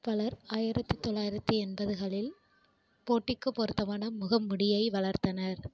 பலர் ஆயிரத்து தொள்ளாயிரத்து எண்பதுகளில் போட்டிக்கு பொருத்தமான முக மூடியை வளர்த்தனர்